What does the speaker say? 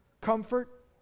comfort